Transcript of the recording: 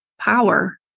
power